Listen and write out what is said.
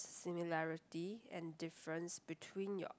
similarity and difference between your